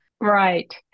Right